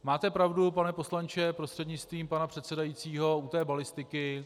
Máte pravdu, pane poslanče prostřednictvím pana předsedajícího, u té balistiky.